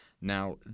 Now